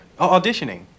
auditioning